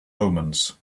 omens